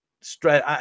straight